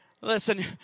Listen